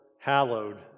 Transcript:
hallowed